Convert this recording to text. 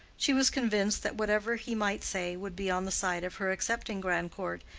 she was convinced that whatever he might say would be on the side of her accepting grandcourt,